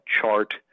chart